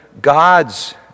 God's